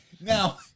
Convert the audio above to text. Now